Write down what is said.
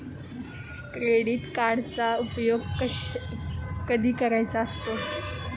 Credit कार्डचा उपयोग कधी करायचा असतो?